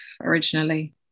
originally